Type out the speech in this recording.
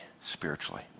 spiritually